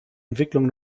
entwicklung